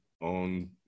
on